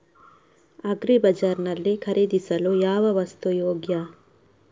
Agri bazaar ನಲ್ಲಿ ಖರೀದಿಸಲು ಯಾವ ವಸ್ತು ಯೋಗ್ಯ?